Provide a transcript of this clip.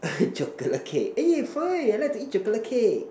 chocolate cake eh fine I like to eat chocolate cake